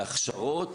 והכשרות,